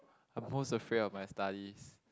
I'm most afraid of my studies